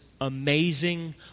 amazing